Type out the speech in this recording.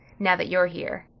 now that you're here.